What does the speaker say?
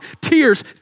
Tears